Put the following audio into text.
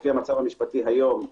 לפי המצב המשפטי היום,